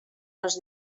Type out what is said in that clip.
les